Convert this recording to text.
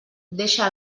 deixa